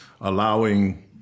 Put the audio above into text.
allowing